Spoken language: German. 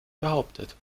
behauptet